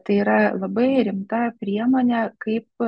tai yra labai rimta priemonė kaip